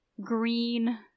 green